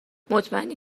مطمئنی